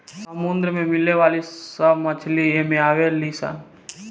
समुंदर में मिले वाली सब मछली एमे आवे ली सन